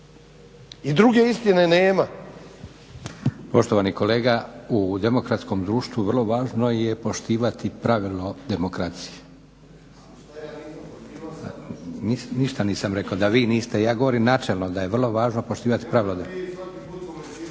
**Leko, Josip (SDP)** Poštovani kolega u demokratskom društvu vrlo važno je poštovati pravilo demokracije. Ništa nisam rekao ja govorim načelno da je vrlo važno poštivati pravila.